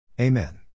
Amen